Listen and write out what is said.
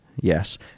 Yes